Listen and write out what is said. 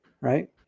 right